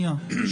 מתוכן.